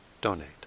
donate